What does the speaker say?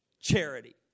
charity